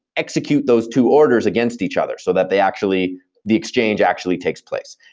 execute those two orders against each other so that they actually the exchange actually takes place.